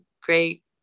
great